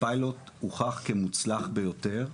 הפיילוט הוכח כמוצלח ביותר.